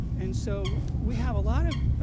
and so we have a lot of,